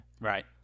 Right